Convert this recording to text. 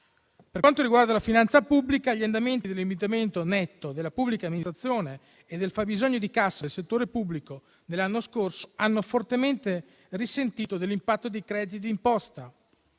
Per quanto riguarda la finanza pubblica, gli andamenti dell'indebitamento netto della pubblica amministrazione e del fabbisogno di cassa del settore pubblico dell'anno scorso hanno fortemente risentito dell'impatto di crediti di imposta